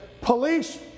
police